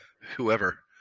whoever